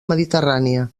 mediterrània